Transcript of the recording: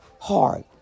hard